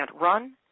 run